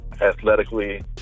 athletically